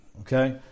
okay